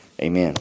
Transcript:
amen